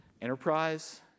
Enterprise